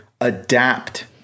adapt